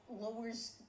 lowers